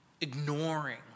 ignoring